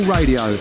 Radio